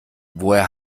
woher